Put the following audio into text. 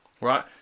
right